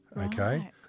okay